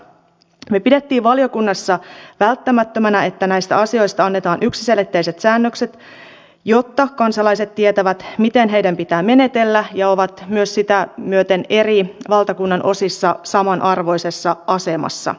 me pidimme valiokunnassa välttämättömänä että näistä asioista annetaan yksiselitteiset säännökset jotta kansalaiset tietävät miten heidän pitää menetellä ja ovat myös sitä myöten eri valtakunnan osissa samanarvoisessa asemassa